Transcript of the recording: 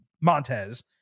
Montez